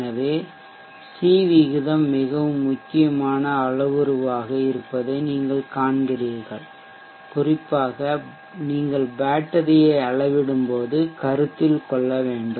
எனவே சி விகிதம் மிகவும் முக்கியமான அளவுருவாக இருப்பதை நீங்கள் காண்கிறீர்கள் குறிப்பாக நீங்கள் பேட்டரியை அளவிடும்போது கருத்தில் கொள்ள வேண்டும்